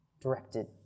directed